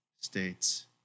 states